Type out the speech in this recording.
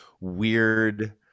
weird